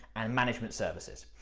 and management services.